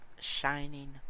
Shining